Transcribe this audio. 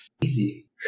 Easy